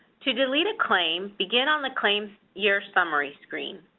to delete a claim, begin on the claim year summary screen.